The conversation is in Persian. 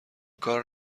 کار